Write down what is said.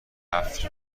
هفت